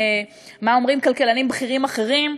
מה אומרים כלכלנים בכירים אחרים,